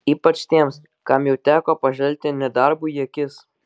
ypač tiems kam jau teko pažvelgti nedarbui į akis